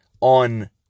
on